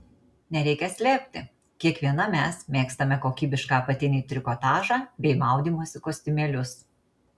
nereikia slėpti kiekviena mes mėgstame kokybišką apatinį trikotažą bei maudymosi kostiumėlius